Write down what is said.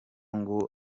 ngo